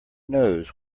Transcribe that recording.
knows